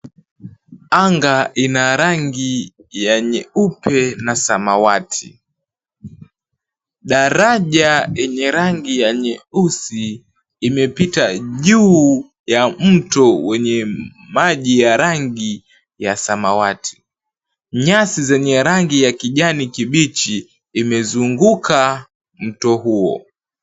Anga ina rangi ya nyeupe na samawati. Daraja yenye rangi ya nyeusi imepita juu ya mto wenye maji ya rangi ya samawati. Nyasi zenye rangi ya kijani kibichi imezunguka mto huo.